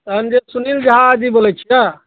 तहन जे सुनील झा जी बोलै छिए